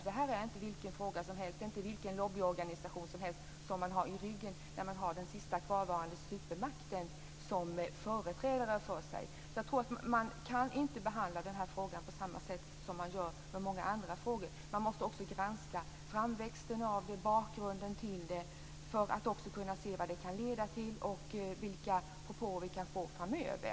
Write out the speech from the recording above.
Det här är inte vilken fråga som helst. Det är inte vilken lobbyorganisation som helst som man har i ryggen. Man har den sista kvarvarande supermakten som företrädare för sig. Vi kan inte behandla den här frågan på samma sätt som vi gör med många andra frågor. Vi måste också granska framväxten av det, bakgrunden till det, för att kunna se vad det kan leda till och vilka propåer vi kan få framöver.